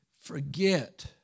forget